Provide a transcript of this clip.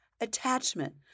attachment